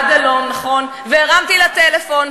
הרי רבני הקהילות